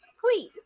Please